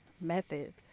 method